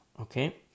okay